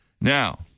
Now